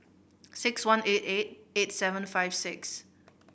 six one eight eight eight seven five six